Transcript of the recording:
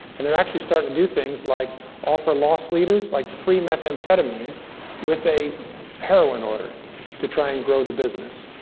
and they're actually start to do things like offer loss leaders, like, free methamphetamine with a heroin order to try and grow the business.